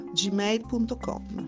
gmail.com